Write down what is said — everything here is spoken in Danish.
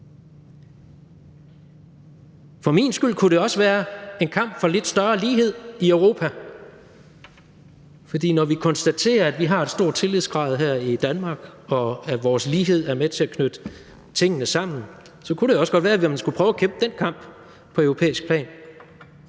For min skyld kunne det også være en kamp for lidt større lighed i Europa. For når vi konstaterer, at vi har en stor tillidsgrad her i Danmark, og at vores lighed er med til at knytte tingene sammen, så kunne det jo også godt være, at man skulle prøve at kæmpe den kamp på europæisk plan.